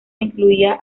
incluía